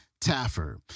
Taffer